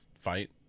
fight